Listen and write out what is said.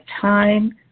time